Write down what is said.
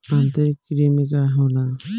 आंतरिक कृमि का होला?